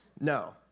No